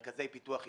מרכזי פיתוח עסקי.